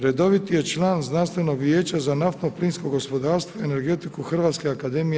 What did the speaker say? Redoviti je član Znanstvenog vijeća za naftno-plinsko gospodarstvo i energetiku HAZU-a.